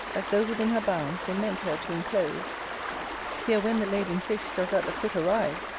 as tho' within her bounds they meant her to inclose here when the labouring fish does at the foot arrive,